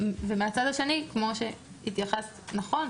ומהצד השני, כמו שהתייחסת נכון,